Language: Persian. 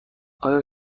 آیا